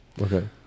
okay